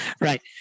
Right